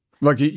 Look